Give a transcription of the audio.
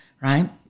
right